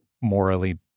morally